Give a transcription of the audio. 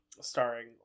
starring